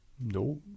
No